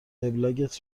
وبلاگت